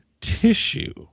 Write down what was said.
tissue